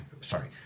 sorry